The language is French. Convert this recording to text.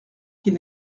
qu’il